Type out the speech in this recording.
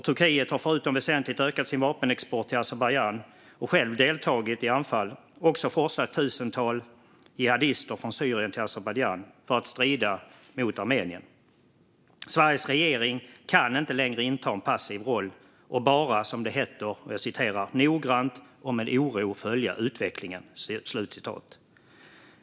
Turkiet har förutom att väsentligt ha ökat sin vapenexport till Azerbajdzjan och själv deltagit i anfall också forslat tusentals jihadister från Syrien till Azerbajdzjan för att de ska strida mot Armenien. Sveriges regering kan inte längre inta en passiv roll och bara, som det heter, "noggrant och med oro följa utvecklingen".